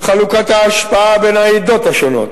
חלוקת ההשפעה בין העדות השונות,